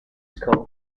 school